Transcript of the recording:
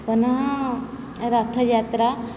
पुनः रथयात्रा